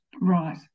Right